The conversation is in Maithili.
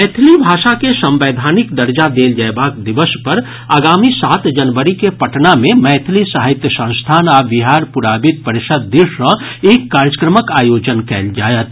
मैथिली भाषा के संवैधानिक दर्जा देल जयबाक दिवस पर आगामी सात जनवरी के पटना मे मैथिली साहित्य संस्थान आ बिहार पुराविद परिषद् दिस सॅ एक कार्यक्रमक आयोजन कयल जायत